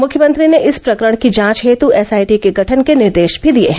मुख्यमंत्री ने इस प्रकरण की जांच हेतु एस आईटी के गठन के निर्देश भी दिए हैं